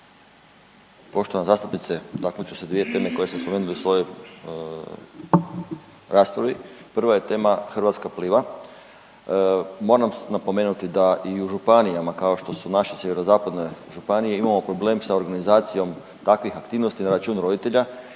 Poštovana zastupnice. Dotaknut ću se dvije teme koje ste spomenuli u svojoj raspravi. Prva je tema Hrvatska pliva, moram napomenuti da i u županijama kao što su naše sjeverozapadne županije imamo problem sa organizacijom takvih aktivnosti na račun roditelja